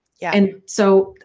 yeah. and so.